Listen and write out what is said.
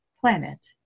planet